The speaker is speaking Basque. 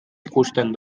ikusten